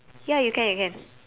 ya you can you can